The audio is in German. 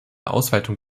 ausweitung